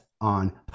on